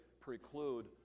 preclude